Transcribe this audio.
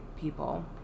people